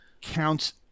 counts